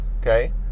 okay